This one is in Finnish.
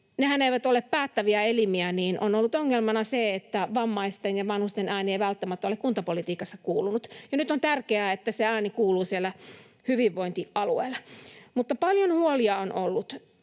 Nehän eivät ole päättäviä elimiä, ja olen pitänyt aina ongelmana sitä, että vammaisten ja vanhusten ääni ei välttämättä ole kuntapolitiikassa kuulunut. Nyt on tärkeää, että se ääni kuuluu siellä hyvinvointialueilla. Mutta paljon huolia on ollut.